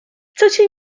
cię